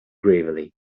gravely